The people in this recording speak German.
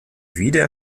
wieder